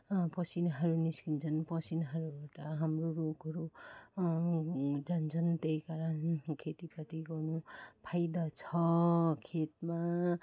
पसिनाहरू निस्किन्छन् पसिनाहरूबाट हाम्रो रोगहरू जान्छन् त्यही कारण खेती पाति गर्नु फाइदा छ खेतमा